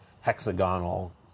hexagonal